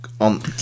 on